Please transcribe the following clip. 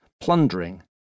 plundering